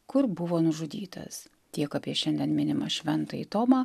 kur buvo nužudytas tiek apie šiandien minimą šventąjį tomą